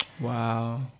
Wow